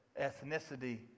ethnicity